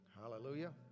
Hallelujah